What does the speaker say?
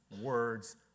words